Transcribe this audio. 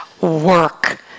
work